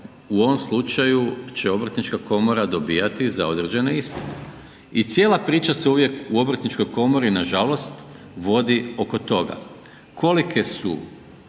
u ovom slučaju će obrtnička komora dobivati za određene ispite. I cijela priča se uvijek u obrtničkoj komori nažalost vodi oko toga. Kolike su